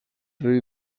rei